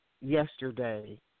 yesterday